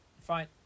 fine